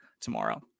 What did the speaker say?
tomorrow